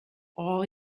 all